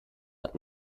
hat